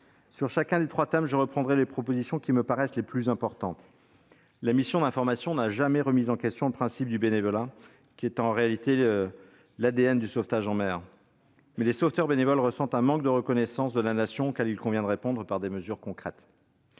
Sur chacun des trois thèmes, je reprendrai les propositions qui me paraissent les plus importantes. La mission d'information n'a jamais remis en question le principe du bénévolat, qui est en réalité l'ADN du sauvetage en mer. Mais les sauveteurs bénévoles ressentent un manque de reconnaissance de la Nation, auquel il convient de répondre par des mesures concrètes.